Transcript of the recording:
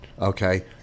Okay